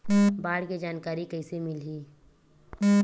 बाढ़ के जानकारी कइसे मिलही?